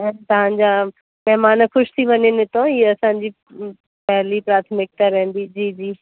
ऐं तव्हांजा महिमान ख़ुशि थी वञनि हितो हीअ असांजी पहिली प्राथमिकता रहंदी जी जी